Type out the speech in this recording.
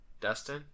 Dustin